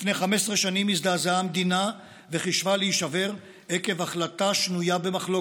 לפני 15 שנים הזדעזעה המדינה וחישבה להישבר עקב החלטה שנויה במחלוקת.